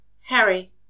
Harry